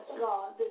God